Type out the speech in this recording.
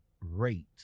rate